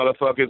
motherfuckers